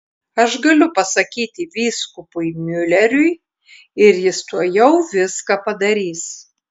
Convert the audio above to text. aš galiu pasakyti vyskupui miuleriui ir jis tuojau viską padarys